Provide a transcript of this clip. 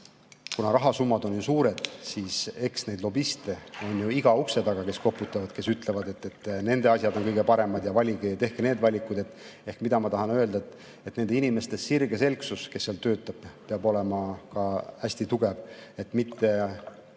kuna rahasummad on suured, siis eks neid lobiste on iga ukse taga, kes koputavad ja ütlevad, et nende asjad on kõige paremad, ja valige, tehke need valikud. Ehk mida ma tahan öelda? Nende inimeste sirgeselgsus, kes seal töötavad, peab olema ka hästi tugev, et mitte